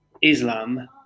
Islam